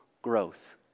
growth